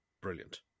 brilliant